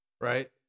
Right